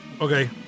Okay